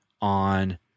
on